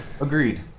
Agreed